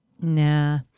Nah